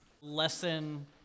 Lesson